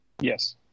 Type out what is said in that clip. Yes